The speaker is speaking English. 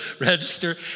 register